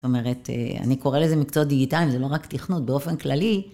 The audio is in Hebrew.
זאת אומרת, אני קורא לזה מקצועות דיגיטליים, זה לא רק תכנות, באופן כללי...